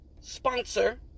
sponsor